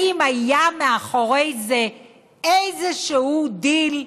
האם היה מאחורי זה איזשהו דיל?